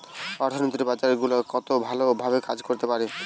অর্থনীতির বাজার গুলা কত ভালো ভাবে কাজ করতে পারে